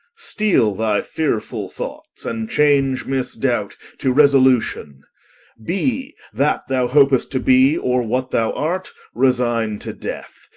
steele thy fearfull thoughts, and change misdoubt to resolution be that thou hop'st to be, or what thou art resigne to death,